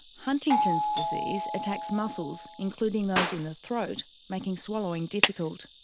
huntington's disease attacks muscles, including those in the throat, making swallowing difficult.